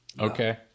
Okay